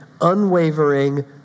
unwavering